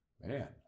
man